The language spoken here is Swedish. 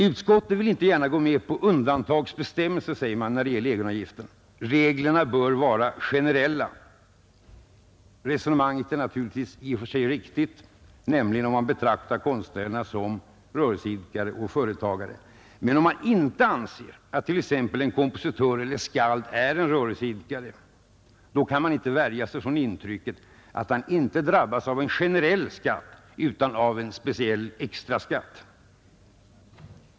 Utskottet vill inte gärna gå med på undantagsbestämmelser, säger man, när det gäller egenavgifterna — reglerna bör vara generella. Resonemanget är naturligtvis i och för sig riktigt, nämligen om man betraktar konstnärerna som rörelseidkare och företagare. Men om man inte anser att t.ex. en kompositör eller en skald är rörelseidkare, då kan man inte värja sig för intrycket att han inte drabbas av en generell skatt utan av en speciell extraskatt.